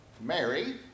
Mary